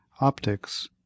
Optics